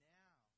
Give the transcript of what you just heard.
now